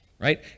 right